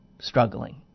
struggling